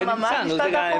מה המשפט האחרון?